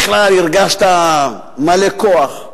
בכלל הרגשת מלא כוח.